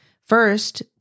First